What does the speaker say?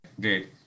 Great